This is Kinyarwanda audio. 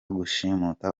gushimuta